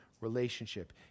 relationship